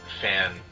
fan